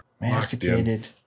Masticated